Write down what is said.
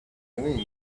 doing